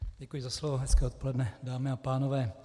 Děkuji za slovo, hezké odpoledne, dámy a pánové.